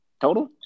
total